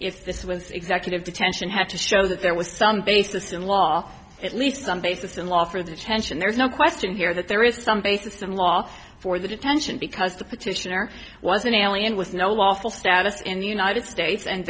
if this was executive detention had to show that there was some basis in law at least some basis in law for the tension there's no question here that there is some basis in law for the detention because the petitioner was an alien with no lawful status in the united states and